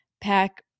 pack